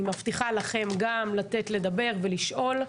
מבטיחה לכם גם לתת לדבר ולשאול,